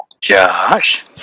Josh